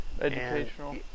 Educational